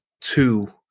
two